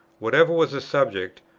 whatever was the subject,